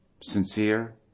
Sincere